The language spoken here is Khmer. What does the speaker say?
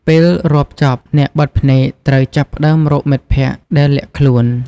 ពេលរាប់ចប់ អ្នកបិទភ្នែកត្រូវចាប់ផ្តើមរកមិត្តភក្តិដែលលាក់ខ្លួន ។